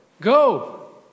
go